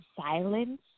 silence